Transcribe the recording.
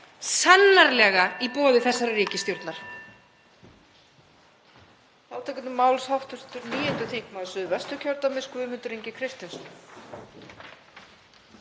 sannarlega í boði þessarar ríkisstjórnar.